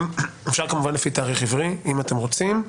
אפשר כמובן לפי תאריך עברי אם אתם רוצים.